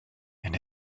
and